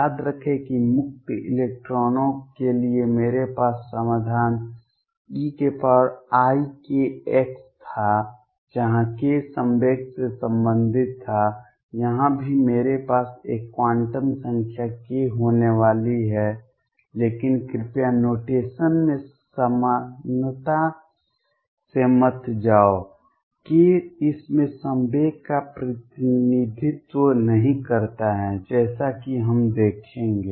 याद रखें कि मुक्त इलेक्ट्रॉनों के लिए मेरे पास समाधान eikx था जहां k संवेग से संबंधित था यहां भी मेरे पास एक क्वांटम संख्या k होने वाली है लेकिन कृपया नोटेशन में समानता से मत जाओ k इसमें संवेग का प्रतिनिधित्व नहीं करता है जैसा कि हम देखेंगे